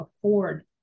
afford